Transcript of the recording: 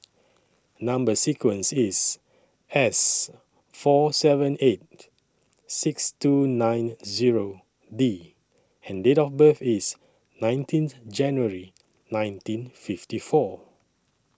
Number sequence IS S four seven eight six two nine Zero D and Date of birth IS nineteen January nineteen fifty four